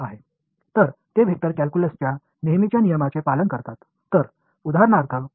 எனவே இது வெக்டர் கால்குலஸின் வழக்கமான விதிகளுக்குக் கீழ்ப்படிகிறது